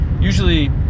usually